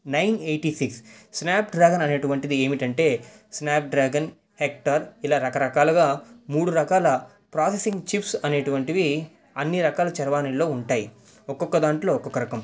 nine eighty six Snapdragon అనేటువంటిది ఏమిటంటే Snapdragon vector ఇలా రకరకాలుగా మూడు రకాల ప్రాసెసింగ్ చిప్స్ అనేటువంటివి అన్ని రకాల చరవాణిలో ఉంటాయి ఒక్కొక్క దాంట్లో ఒక్కొక్క రకం